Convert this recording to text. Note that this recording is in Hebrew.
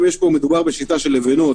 מדובר בשיטה של לבנות